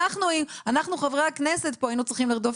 אנחנו חברי הכנסת היינו צריכים לרדוף